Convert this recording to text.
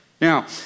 Now